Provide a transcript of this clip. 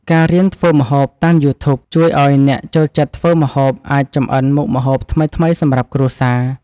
ការរៀនធ្វើម្ហូបតាមយូធូប ជួយឱ្យអ្នកចូលចិត្តធ្វើម្ហូបអាចចម្អិនមុខម្ហូបថ្មីៗសម្រាប់គ្រួសារ។